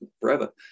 forever